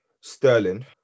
Sterling